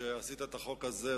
שעשית את החוק הזה,